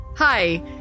Hi